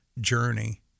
journey